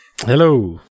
Hello